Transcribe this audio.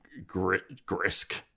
grisk